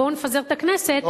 בואו נפזר את הכנסת,